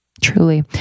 Truly